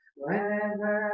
whenever